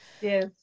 yes